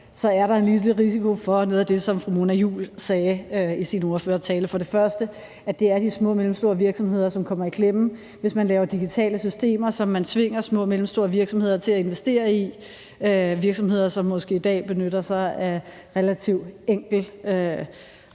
er der en lille risiko for noget af det, som fru Mona Juul sagde i sin ordførertale. Først er det de små og mellemstore virksomheder, som kommer i klemme, hvis man laver digitale systemer, som man tvinger små og mellemstore virksomheder til at investere i – virksomheder, som måske i dag benytter sig af relativt enkel